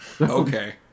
Okay